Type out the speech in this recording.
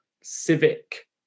civic